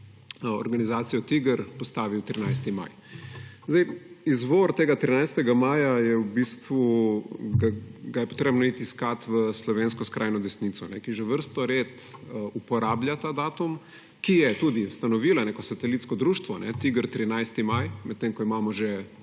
organizacijo TIGR, postavi 13. maj. Izvor tega 13. maja je treba poiskati v slovenski skrajni desnici, ki že vrsto let uporablja ta datum, ki je tudi ustanovila neko satelitsko društvo TIGR – 13. maj – medtem ko imamo že